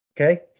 Okay